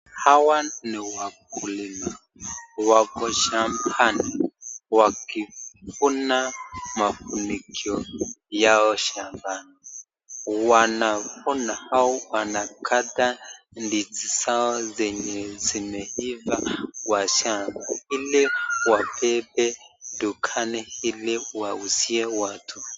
Hawa ni wakulima wako shambani wakifuna mafunikio yao shambani, wanafuna au wanakata ndizi zao zenye zimeifa kwa shamba ili wabebe dukani ili wauzie watu.